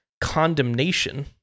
condemnation